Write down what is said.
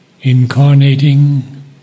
Incarnating